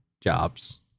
jobs